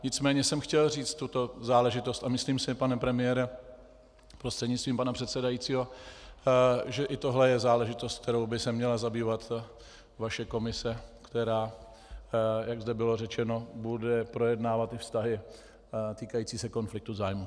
Nicméně jsem chtěl říct tuto záležitost a myslím si, pane premiére prostřednictvím pana předsedajícího, že i tohle je záležitost, kterou by se měla zabývat vaše komise, která, jak zde bylo řečeno, bude projednávat vztahy týkající se konfliktu zájmů.